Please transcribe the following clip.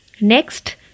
Next